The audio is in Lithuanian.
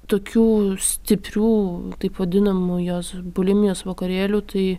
tokių stiprių taip vadinamų jos bulimijos vakarėlių tai